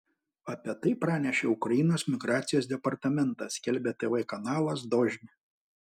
apie tai pranešė ukrainos migracijos departamentas skelbia tv kanalas dožd